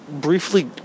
briefly